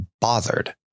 bothered